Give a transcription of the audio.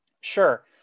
Sure